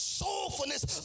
soulfulness